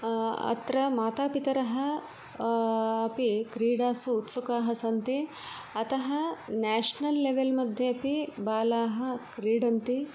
अत्र मातापितरः अपि क्रीडासु उत्सुकाः सन्ति अतः नेषनल् लेवेल् मध्ये अपि बालाः क्रीडन्ति